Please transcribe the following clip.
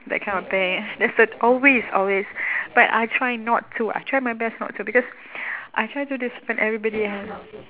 that kind of thing there's that always always but I try not to I try my best not to because I try to discipline everybody and